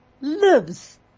lives